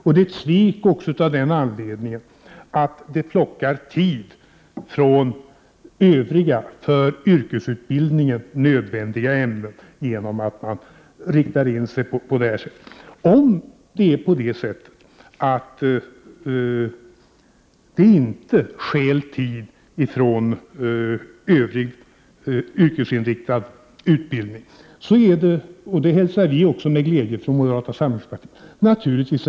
Det är ett svek också av den anledningen att det plockar tid från övriga för yrkesutbildningen nödvändiga ämnen. Om det nu inte stjäl tid från övrig yrkesinriktad utbildning, har det naturligtvis en bonuseffekt som är både intressant och nyttig, och det hälsar vi också från moderata samlingspartiet med glädje.